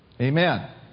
Amen